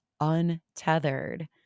untethered